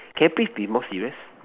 can you please be more serious